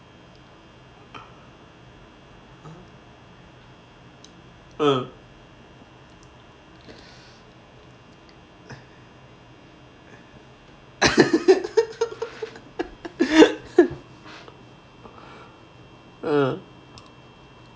mm uh